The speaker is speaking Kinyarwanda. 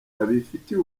babifitiye